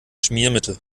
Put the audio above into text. schmiermittel